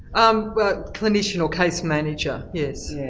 um well, clinicianal case manager, yes.